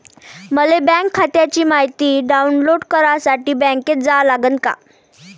मले बँक खात्याची मायती डाऊनलोड करासाठी बँकेत जा लागन का?